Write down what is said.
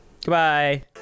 goodbye